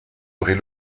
aurez